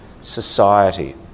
society